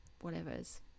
whatever's